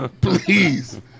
Please